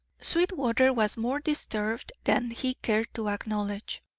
sweetwater was more disturbed than he cared to acknowledge.